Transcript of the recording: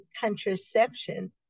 contraception